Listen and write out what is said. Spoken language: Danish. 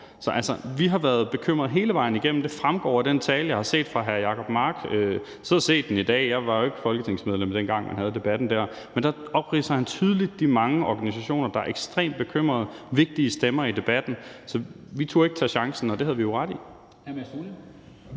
igennem været bekymret, og det fremgår af den tale, som blev holdt af hr. Jacob Mark. Jeg har set den i dag, for jeg var jo ikke folketingsmedlem, dengang man havde debatten. Men i den opremser han tydeligt de mange organisationer, der var ekstremt bekymrede, og som var vigtige stemmer i debatten. Så vi turde ikke tage chancen. Det havde vi jo ret i